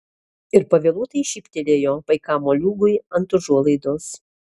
ir pavėluotai šyptelėjo paikam moliūgui ant užuolaidos